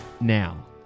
now